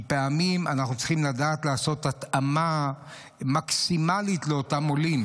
כי פעמים אנחנו צריכים לדעת לעשות התאמה מקסימלית לאותם עולים,